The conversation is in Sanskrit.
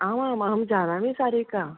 आमामहं जानामि सारिका